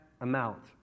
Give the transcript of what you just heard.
amount